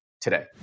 today